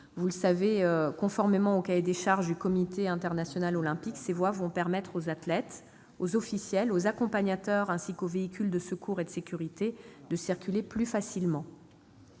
Vous le savez, conformément au cahier des charges du Comité international olympique, le CIO, ces voies permettront aux athlètes, aux officiels, aux accompagnateurs, ainsi qu'aux véhicules de secours et de sécurité, de circuler plus facilement.